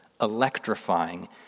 electrifying